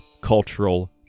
cultural